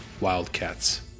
Wildcats